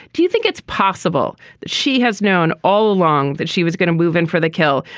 do you think it's possible that she has known all along that she was going to move in for the kill?